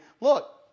Look